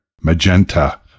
Magenta